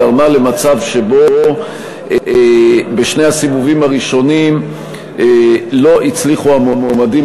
גרמה למצב שבו בשני הסיבובים הראשונים לא הצליחו המועמדים